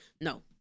No